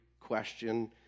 question